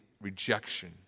rejection